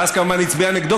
ואז כמובן הצביע נגדו,